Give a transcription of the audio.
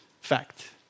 Fact